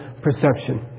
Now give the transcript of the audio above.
perception